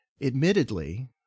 Admittedly